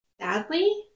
Sadly